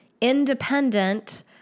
independent